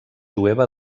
jueva